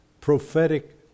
prophetic